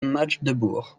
magdebourg